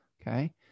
Okay